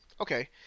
Okay